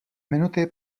minuty